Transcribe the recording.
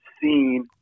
seen